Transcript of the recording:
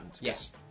Yes